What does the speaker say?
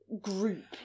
group